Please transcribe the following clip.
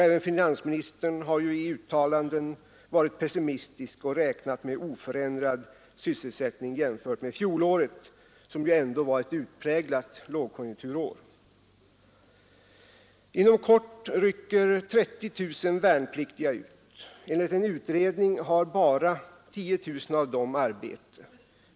Även finansministern har i uttalanden varit pessimistisk och räknar med en oförändrad sysselsättning jämfört med fjolåret, som ändå var ett utpräglat lågkonjunkturår. Inom kort rycker 30 000 värnpliktiga ut. Enligt en utredning har bara 10 000 av dem arbete.